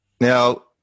Now